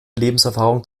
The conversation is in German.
lebenserfahrung